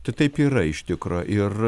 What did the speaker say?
tai taip yra iš tikro ir